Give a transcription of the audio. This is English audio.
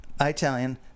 Italian